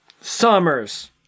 Summers